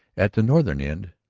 at the northern end,